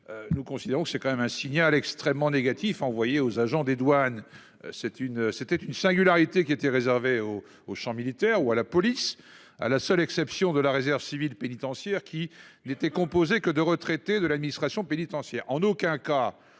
Nous considérons que c'est quand même un signal extrêmement négatif envoyé aux agents des douanes. C'est une c'était une singularité qui était réservé aux aux chants militaires ou à la police à la seule exception de la réserve civile pénitentiaire qui n'était composée que de retraités de l'administration pénitentiaire